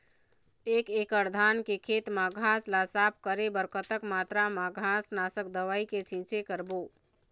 एक एकड़ धान के खेत मा घास ला साफ करे बर कतक मात्रा मा घास नासक दवई के छींचे करबो?